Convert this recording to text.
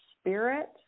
spirit